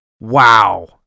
Wow